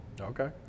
Okay